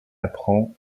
apprend